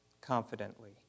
confidently